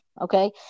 okay